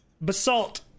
Basalt